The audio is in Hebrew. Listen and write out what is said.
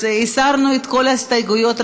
הסרנו את כל ההסתייגויות,